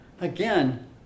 Again